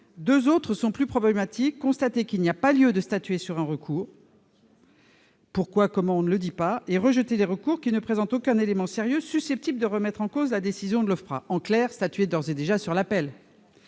deux autres sont plus problématiques : constater qu'il n'y a pas lieu de statuer sur un recours -pourquoi et comment, on ne le dit pas -et rejeter les recours ne présentant aucun élément sérieux susceptible de remettre en cause la décision de l'OFPRA- cela revient, en clair, à statuer d'ores et déjà sur l'appel.